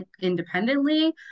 independently